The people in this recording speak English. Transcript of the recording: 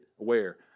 aware